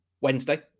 Wednesday